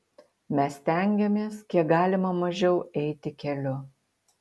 mes stengiamės kiek galima mažiau eiti keliu